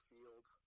Field